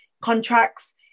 contracts